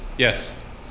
Yes